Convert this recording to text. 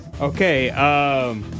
Okay